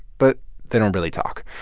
but they don't really talk.